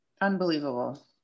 unbelievable